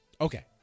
okay